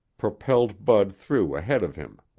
propelled bud through ahead of him.